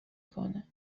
کنه